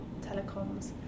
telecoms